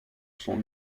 sont